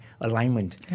alignment